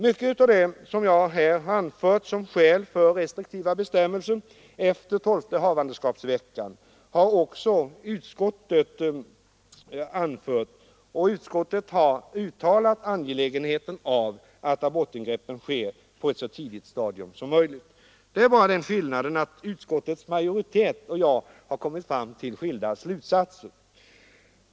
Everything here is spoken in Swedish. Mycket av det jag här har anfört som skäl för restriktiva bestämmelser efter tolfte havandeskapsveckan har också utskottet anfört. Utskottet har uttalat angelägenheten av att abortingreppen sker på ett så tidigt stadium som möjligt. Det är bara den skillnaden att utskottets majoritet och jag kommer fram till skilda slutsatser.